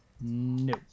no